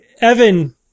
Evan